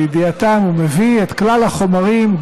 לידיעתם הוא מביא את כלל החומרים,